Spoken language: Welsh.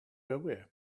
gywir